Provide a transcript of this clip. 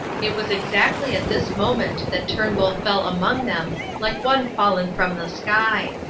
it was exactly at this moment that turnbull fell among them like one fallen from the sky.